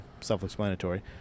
self-explanatory